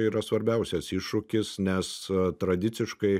yra svarbiausias iššūkis nes tradiciškai